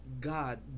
god